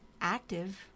active